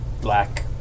black